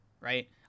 right